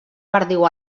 perdiu